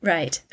Right